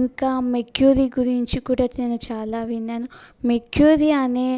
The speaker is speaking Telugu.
ఇంకా మెర్క్యూరీ గురించి కూడా నేను చాలా విన్నాను మెర్క్యూరీ అనే